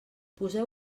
poseu